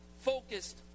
focused